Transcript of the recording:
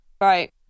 Right